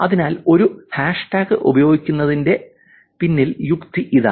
അതിനാൽ ഒരു ഹാഷ്ടാഗ് ഉപയോഗിക്കുന്നതിന്റെ പിന്നിലെ യുക്തി ഇതാണ്